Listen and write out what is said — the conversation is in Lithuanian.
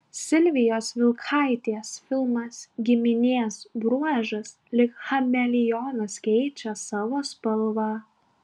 silvijos vilkaitės filmas giminės bruožas lyg chameleonas keičia savo spalvą